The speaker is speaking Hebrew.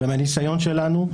מהניסיון שלנו,